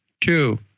two